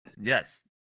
Yes